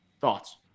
Thoughts